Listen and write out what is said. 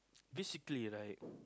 basically right